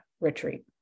retreat